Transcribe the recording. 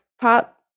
pop